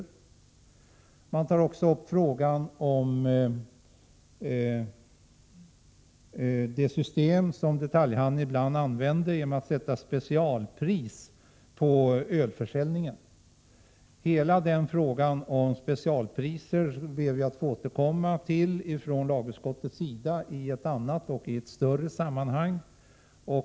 Reservanterna tar vidare upp frågan om det system som detaljhandeln ibland använder, nämligen att sätta specialpriser på öl. Vi ber att från lagutskottet få återkomma till hela frågan om specialpriser i ett annat och större sammanhang. Bl.